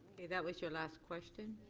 that was your last question.